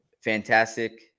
fantastic